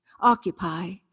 occupy